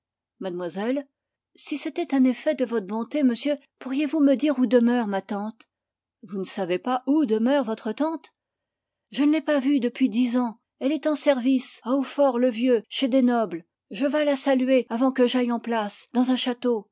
mademoiselle si c'était un effet de votre bonté monsieur pourriezvous me dire où demeure ma tante vous ne savez pas où demeure votre tante je ne l'ai pas vue depuis dix ans elle est en service à haut le vieux chez des nobles je vas la saluer avant que j'aille en place dans un château